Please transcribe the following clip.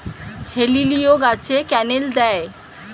হেলিলিও গাছে ক্যানেল দেয়?